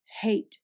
Hate